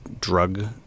drug